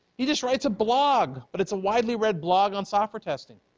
he just writes a blog but it's a widely read blog on software testing.